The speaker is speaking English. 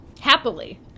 happily